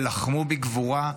שלחמו בגבורה,